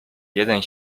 jeden